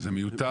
שזה מיותר.